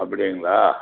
அப்படிங்களா